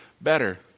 better